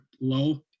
low